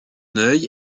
œil